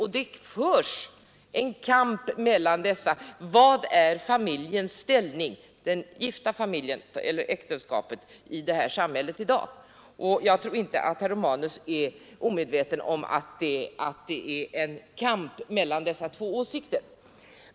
Och mellan de båda lägren förs det en kamp om vilken äktenskapets ställning är i samhället i dag. Jag tror inte att herr Romanus är omedveten om att det råder en sådan kamp.